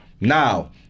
now